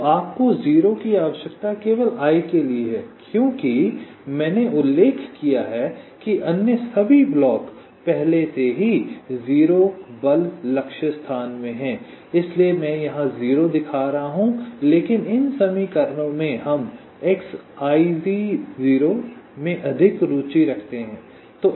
तो आपको 0 की आवश्यकता केवल i के लिए है क्योंकि मैंने उल्लेख किया है कि अन्य सभी ब्लॉक पहले से ही 0 0 बल लक्ष्य स्थान में हैं इसलिए मैं यहां 0 दिखा रहा हूं लेकिन इन समीकरणों में हम xi0 में अधिक रुचि रखते हैं